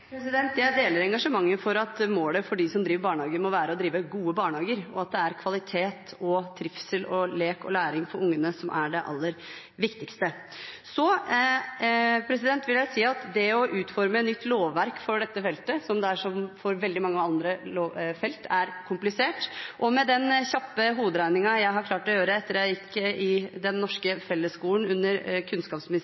Jeg deler engasjementet for at målet for dem som driver barnehager, må være å drive gode barnehager, og at det er kvalitet, trivsel, lek og læring for ungene som er det aller viktigste. Så vil jeg si at det å utforme et nytt lovverk for dette feltet, som for veldig mange andre felt, er komplisert. Med den kjappe hoderegningen jeg har klart å gjøre etter at jeg gikk i den norske